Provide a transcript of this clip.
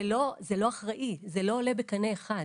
זה לא אחראי, זה לא עולה בקנה אחד,